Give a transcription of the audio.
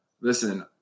listen